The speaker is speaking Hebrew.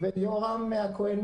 יורם הכהן,